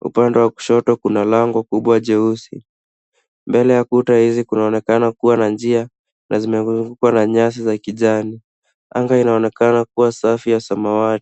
Upande wa kushoto kuna lango kubwa jeusi. Mbele ya kuta hizi kunaonekana kuwa na njia, na zimezungukwa na nyasi za kijani. Anga inaonekana kuwa safi ya samawati.